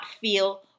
feel